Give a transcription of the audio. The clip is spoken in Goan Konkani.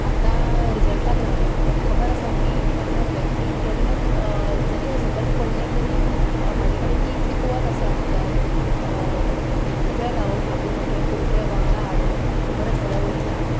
आतां रिजल्टाक रावला बट खबर आसा की खंय ना खंय की केन्नात जरीय सकयल पडले तरी म्हजे कडेन ती इतली कुवत आसा की हांव एक उबे रावून आपले सगले कुडके वांगडा हाडून परत फुडें वयतले हांव